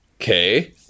okay